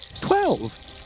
twelve